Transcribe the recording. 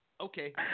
Okay